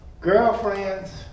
Girlfriends